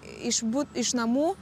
iš buto iš namų